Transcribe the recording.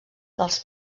dels